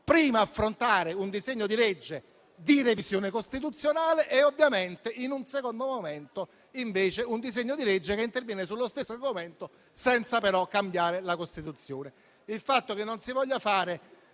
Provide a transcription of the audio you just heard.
prima affrontare un disegno di legge di revisione costituzionale e poi, in un secondo momento, affrontare un disegno di legge che interviene sullo stesso argomento, senza però cambiare la Costituzione. Il fatto che non lo si voglia fare